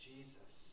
Jesus